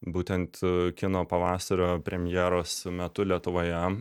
būtent kino pavasario premjeros metu lietuvoje